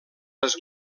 les